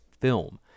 film